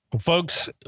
Folks